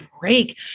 break